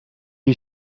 you